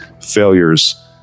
failures